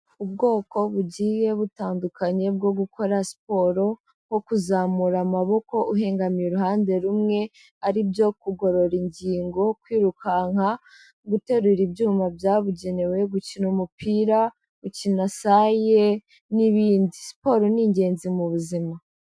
Ubwoko bugiye butandukanye bwo gukora siporo., nko kuzamura amaboko uhengamiye uruhande rumwe, aribyo kugorora ingingo, kwirukanka, guterura ibyuma byabugenewe, gukina umupira, gukina saye n'ibindi, siporo ni ingenzi mu buzima.